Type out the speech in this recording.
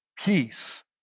peace